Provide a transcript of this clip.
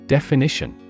Definition